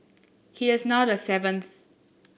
he is now the seventh